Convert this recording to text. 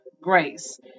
grace